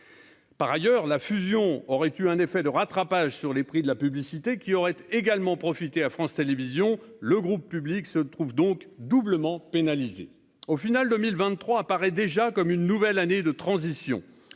Par ailleurs, la fusion aurait eu un effet de rattrapage sur les prix de la publicité qui aurait également profité à France Télévision, le groupe public se trouve donc doublement pénalisés au final 2023 apparaît déjà comme une nouvelle année de transition,